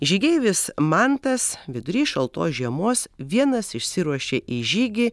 žygeivis mantas vidury šaltos žiemos vienas išsiruošė į žygį